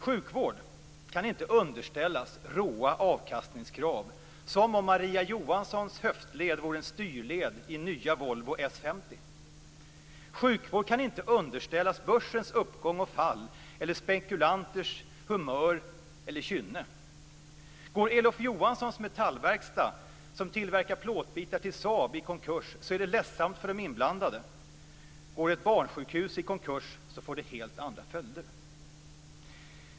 Sjukvård kan inte underställas råa avkastningskrav som om Maria Johanssons höftled vore en styrled i nya Volvo S50. Sjukvård kan inte underställas börsens uppgång och fall eller spekulanters humör och kynne. Går Elof Johanssons metallverkstad som tillverkar plåtbitar till Saab i konkurs, är det ledsamt för de inblandade. Går ett barnsjukhus i konkurs får det helt andra följder.